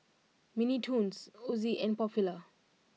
Mini Toons Ozi and Popular